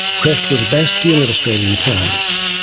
krefft was a bastion of australian science.